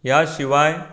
ह्या शिवाय